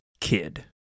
kid